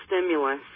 stimulus